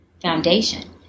Foundation